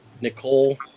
Nicole